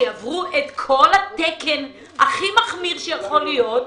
שעברו את כל התקן הכי מחמיר שיכול להיות.